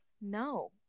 no